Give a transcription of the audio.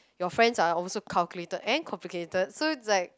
your friends are also calculated and complicated so it's like